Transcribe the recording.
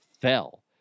fell